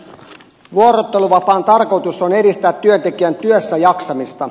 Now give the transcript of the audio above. vuorotteluvapaan tarkoitus on edistää työntekijän työssäjaksamista